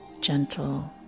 gentle